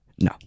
No